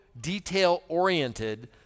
detail-oriented